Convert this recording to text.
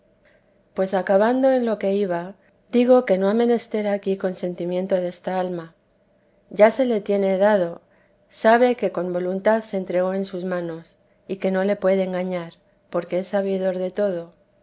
pues acabando en lo que iba digo que no ha menester aquí consentimiento desta alma ya se le tiene dado sabe que con voluntad se entregó en sus manos y que no le puede engañar porque es sabidor de todo